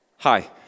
Hi